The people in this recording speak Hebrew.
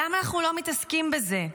למה אנחנו לא מתעסקים בזה?